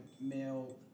male